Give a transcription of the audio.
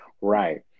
Right